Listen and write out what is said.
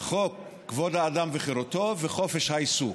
חוק כבוד האדם וחירותו וחוק חופש העיסוק.